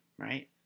right